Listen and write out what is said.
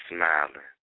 Smiling